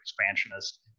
expansionist